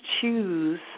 choose